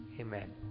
Amen